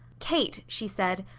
kate, she said,